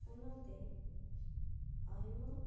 ᱚᱱᱟ ᱛᱮ ᱟᱭᱢᱟ